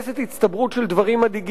הצטברות של דברים מדאיגים מאוד,